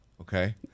Okay